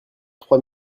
trois